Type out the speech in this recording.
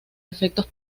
efectos